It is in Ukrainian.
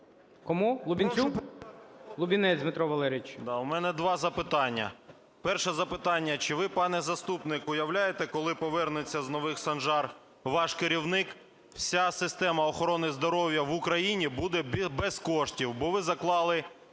Кому? Лубінцю? Лубінець Дмитро Валерійович. 12:03:44 ЛУБІНЕЦЬ Д.В. Да, у мене два запитання. Перше запитання. Чи ви, пане заступник, уявляєте, коли повернеться з Нових Санжар ваш керівник, вся система охорони здоров'я в Україні буде без коштів, бо ви заклали